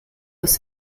aus